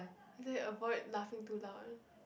then you avoid laughing too loud